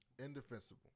indefensible